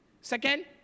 Second